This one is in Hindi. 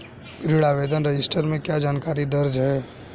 ऋण आवेदन रजिस्टर में क्या जानकारी दर्ज है?